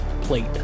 plate